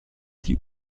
die